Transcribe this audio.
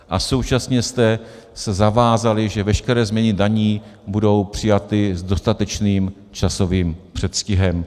A současně jste se zavázali, že veškeré změny daní budou přijaty s dostatečným časovým předstihem.